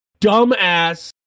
dumbass